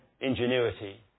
ingenuity